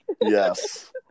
yes